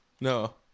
No